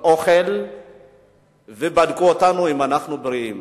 ואוכל ובדקו אותנו אם אנחנו בריאים.